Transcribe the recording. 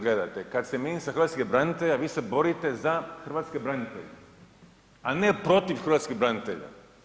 Gledajte kada ste ministar hrvatskih branitelja vi se borite za hrvatske branitelje a ne protiv hrvatskih branitelja.